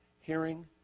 Hearing